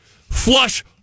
Flush